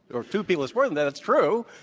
or to people support them, then it's true,